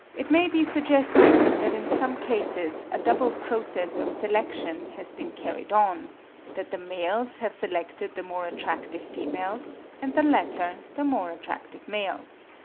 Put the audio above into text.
it may be suggested that in some cases a double process of selection has been carried on that the males have selected the more attractive females, and the latter the more attractive males.